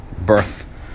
birth